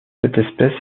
espèce